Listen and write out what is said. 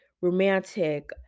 romantic